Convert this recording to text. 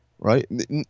Right